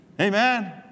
Amen